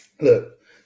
Look